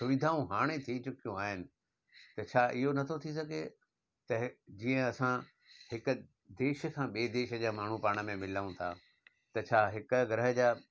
सुविधाऊं हाणे थी चुकियूं आहिनि त छा इहो न थो थी सघे त जीअं असां हिकु देश खां ॿे देश जा माण्हू पाण में मिलूं था त छा हिक गृह जा